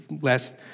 last